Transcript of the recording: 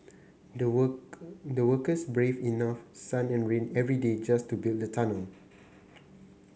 the worker the workers braved enough sun and rain every day just to build the tunnel